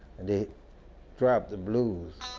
they dropped the blues.